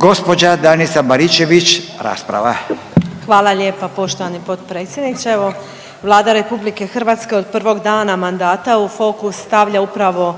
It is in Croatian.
rasprava. **Baričević, Danica (HDZ)** Hvala lijepa poštovani potpredsjedniče. Evo, Vlada RH od prvog dana mandata u fokus stavlja upravo